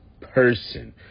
person